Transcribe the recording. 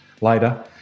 later